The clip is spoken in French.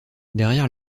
derrière